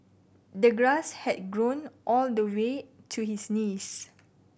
the grass had grown all the way to his knees